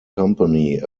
company